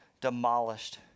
demolished